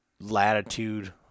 latitude